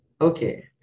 Okay